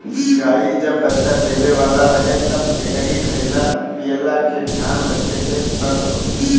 गाई जब बच्चा देवे वाला रहे तब एकरी खाईला पियला के ध्यान रखे के पड़त हवे